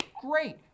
Great